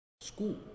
school